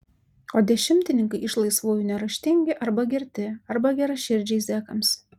o dešimtininkai iš laisvųjų neraštingi arba girti arba geraširdžiai zekams